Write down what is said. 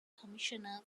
commissioners